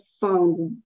found